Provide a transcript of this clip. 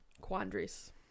Quandaries